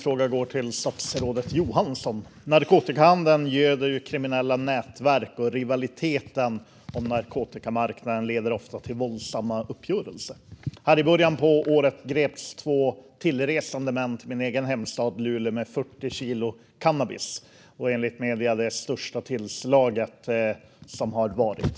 Fru talman! Min fråga går till statsrådet Johansson. Narkotikahandeln göder kriminella nätverk, och rivaliteten om narkotikamarknaden leder ofta till våldsamma uppgörelser. I början av året greps två tillresande män i min hemstad Luleå med 40 kilo cannabis. Det var enligt medier det största tillslag som gjorts.